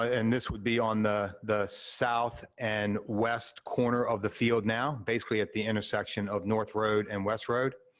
and this would be on the the south and west corner of the field now, basically at the intersection of north road and west road.